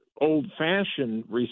old-fashioned